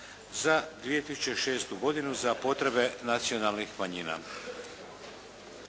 za 2006. godinu za potrebe nacionalnih manjina.